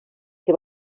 que